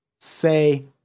say